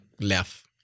left